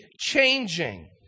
changing